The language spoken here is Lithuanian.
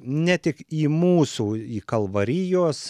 ne tik į mūsų į kalvarijos